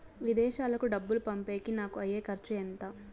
విదేశాలకు డబ్బులు పంపేకి నాకు అయ్యే ఖర్చు ఎంత?